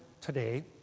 today